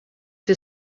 für